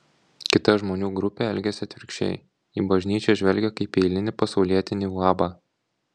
kita žmonių grupė elgiasi atvirkščiai į bažnyčią žvelgia kaip į eilinį pasaulietinį uabą